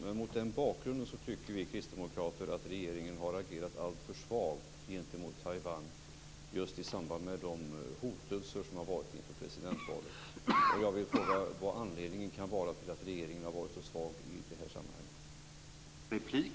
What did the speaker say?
Mot den bakgrunden tycker vi kristdemokrater att regeringen har agerat alltför svagt gentemot Taiwan i samband med de hotelser som har varit inför presidentvalet.